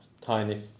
tiny